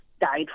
died